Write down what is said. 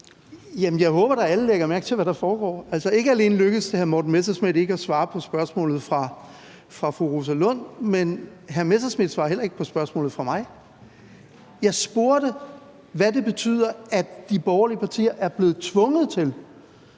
Jeg håber da, at alle lægger mærke til, hvad der foregår. Ikke alene lykkedes det hr. Morten Messerschmidt ikke at svare på spørgsmålet fra fru Rosa Lund, men hr. Morten Messerschmidt svarer heller ikke på spørgsmålet fra mig. Jeg spurgte, hvad det betyder, at de borgerlige partier er blevet tvunget til